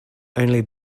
only